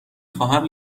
خواهم